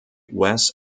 wes